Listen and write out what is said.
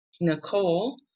Nicole